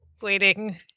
waiting